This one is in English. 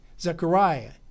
Zechariah